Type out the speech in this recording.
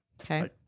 Okay